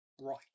Right